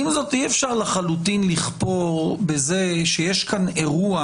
עם זאת, אי אפשר לחלוטין לכפור בזה שיש כאן אירוע